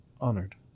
honored